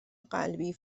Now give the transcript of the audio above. قلبی